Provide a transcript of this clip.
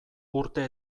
urte